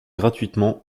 gratuitement